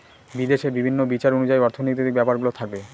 বিদেশে বিভিন্ন বিচার অনুযায়ী অর্থনৈতিক ব্যাপারগুলো থাকে